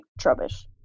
Trubbish